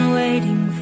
waiting